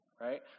right